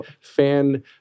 fan